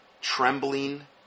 trembling